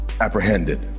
apprehended